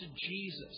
Jesus